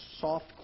soft